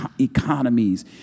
economies